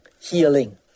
healing